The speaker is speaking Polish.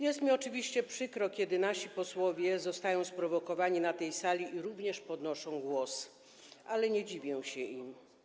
Jest mi oczywiście przykro, kiedy nasi posłowie zostają sprowokowani na tej sali i również podnoszą głos, ale nie dziwię się im.